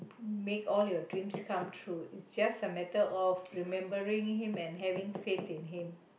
make all your dreams come true it's just a matter of remembering him and having faith in him